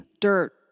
dirt